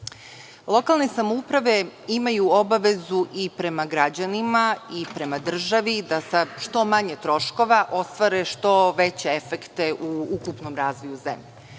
samouprave imaju obavezu i prema građanima i prema državi da sa što manje troškova ostvare što veće efekte u ukupnom razvoju zemlje.